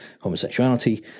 homosexuality